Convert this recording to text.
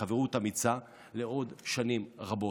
בחברות אמיצה לעוד שנים רבות.